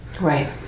Right